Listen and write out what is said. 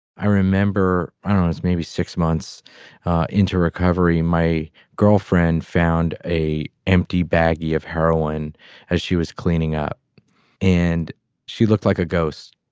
i remember i was maybe six months into recovery, my girlfriend found a empty baggie of heroin as she was cleaning up and she looked like a ghost.